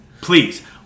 please